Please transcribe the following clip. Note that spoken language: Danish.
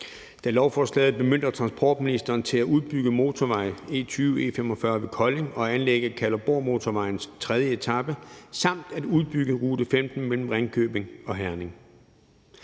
da lovforslaget bemyndiger transportministeren til at udbygge motorvej E20/E45 ved Kolding og anlægge Kalundborgmotorvejens tredje etape samt at udbygge rute 15 mellem Ringkøbing og Herning.